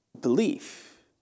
belief